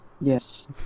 yes